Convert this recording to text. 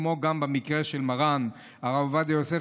כמו במקרה של מרן הרב עובדיה יוסף,